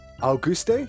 Auguste